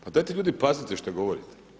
Pa dajte ljudi pazite šta govorite.